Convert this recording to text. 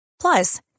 Plus